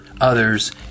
others